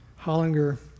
Hollinger